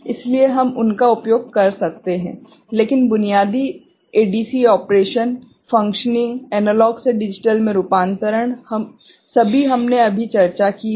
इसलिए हम उनका उपयोग कर सकते हैं लेकिन बुनियादी एडीसी ऑपरेशन फंक्शनिंग एनालॉग के डिजिटल में रूपांतरण सभी हमने अभी चर्चा की है